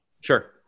Sure